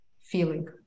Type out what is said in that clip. feeling